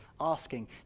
asking